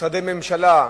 משרדי ממשלה,